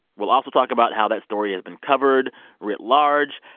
we'll also talk about how that story has been covered writ large,